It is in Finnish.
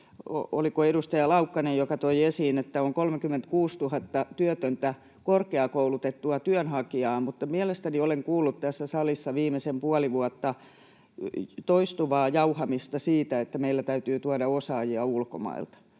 oliko edustaja Laukkanen, joka toi esiin — on 36 000 työtöntä korkeakoulutettua työnhakijaa, mutta mielestäni olen kuullut tässä salissa viimeiset puoli vuotta toistuvaa jauhamista siitä, että meille täytyy tuoda osaajia ulkomailta.